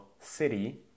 city